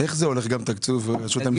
בתקנים האלה?